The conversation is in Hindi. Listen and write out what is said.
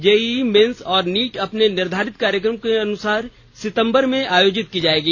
जेईई मेन्स और नीट अपने निर्धारित कार्यक्रम के अनुसार सितंबर में आयोजित की जाएगी